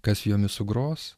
kas jomis sugros